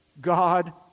God